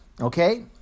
Okay